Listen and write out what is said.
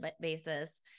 basis